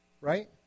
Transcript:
right